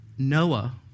Noah